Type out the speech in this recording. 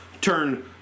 turn